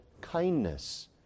kindness